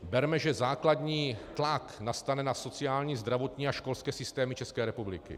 Berme, že základní tlak nastane na sociální, zdravotní a školské systémy České republiky.